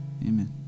Amen